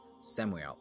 Samuel